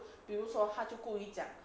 比如说他就故意讲